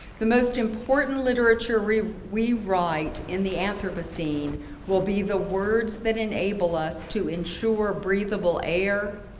the most important literature we we write in the anthropocene will be the words that enable us to ensure breathable air,